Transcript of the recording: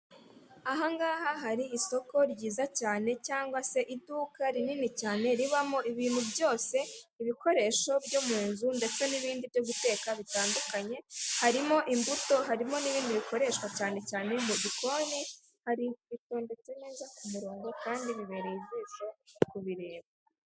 Ahangaha hari isoko ryiza cyane cyangwa se iduka rinini cyane ribamo ibintu byose, ibikoresho byo mu nzu ndetse n'ibindi byo guteka bitandukanye, harimo imbuto harimo n'ibindi bikoreshwa cyane cyane mu gikoni hari bitondetse neza ku murongo kandi bibereye iisho ku birebe.